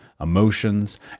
emotions